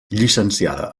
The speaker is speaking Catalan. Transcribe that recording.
llicenciada